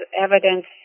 evidence